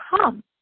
come